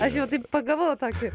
aš jau taip pagavau tokį